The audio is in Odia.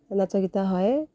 ନାଚ ଗୀତା ହୁଏ